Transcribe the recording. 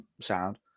sound